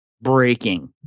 breaking